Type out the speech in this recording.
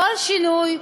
כל שינוי,